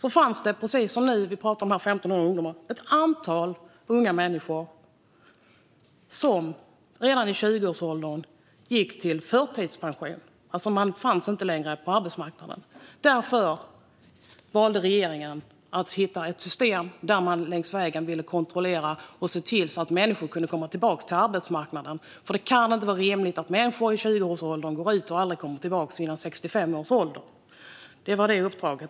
År 2006 fanns det precis som nu ett antal unga människor som redan i 20-årsåldern gick i förtidspension och alltså inte längre fanns på arbetsmarknaden. Därför valde regeringen att hitta ett system där man längs vägen kunde kontrollera och se till att människor kunde komma tillbaka till arbetsmarknaden. Det kan inte vara rimligt att människor i 20-årsåldern lämnar arbetsmarknaden och aldrig kommer tillbaka före pensionen vid 65 års ålder. Det var det uppdraget.